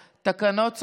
אני מודיעה שהתקנות עברו.